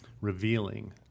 revealing